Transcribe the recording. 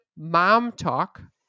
MOMTALK